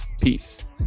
peace